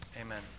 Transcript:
Amen